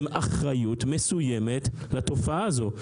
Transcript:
אחריות מסוימת לתופעה הזו.